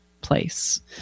place